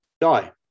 die